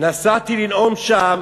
נסעתי לנאום שם